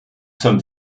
sommes